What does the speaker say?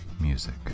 music